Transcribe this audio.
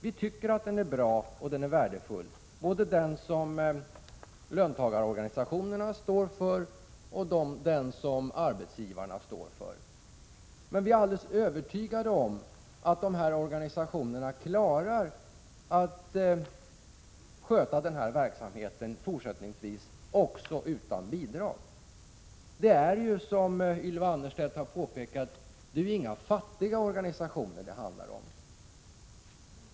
Vi tycker att denna verksamhet är bra och att den är värdefull, både den verksamhet som löntagarorganisationerna står för och den som arbetsgivarna står för. Men vi är alldeles övertygade om att de här organisationerna klarar att sköta denna verksamhet fortsättningsvis utan bidrag. Det är ju, som Ylva Annerstedt påpekade, inga fattiga organisationer som detta handlar om.